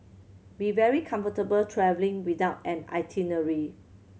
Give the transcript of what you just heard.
be very comfortable travelling without an itinerary